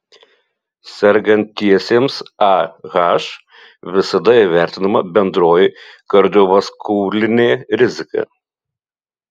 sergantiesiems ah visada įvertinama bendroji kardiovaskulinė rizika